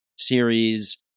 Series